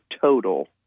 total